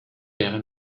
wäre